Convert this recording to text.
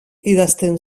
idazten